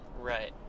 Right